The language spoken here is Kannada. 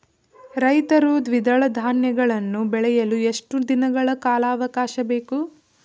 ರೈತರು ದ್ವಿದಳ ಧಾನ್ಯಗಳನ್ನು ಬೆಳೆಯಲು ಎಷ್ಟು ದಿನಗಳ ಕಾಲಾವಾಕಾಶ ಬೇಕು?